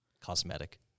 cosmetic